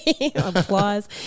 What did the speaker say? Applause